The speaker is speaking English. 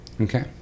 Okay